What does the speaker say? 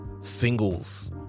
singles